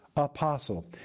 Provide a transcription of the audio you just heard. Apostle